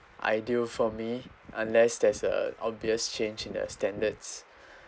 ideal for me unless there's a obvious change in the standards